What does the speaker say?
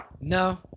No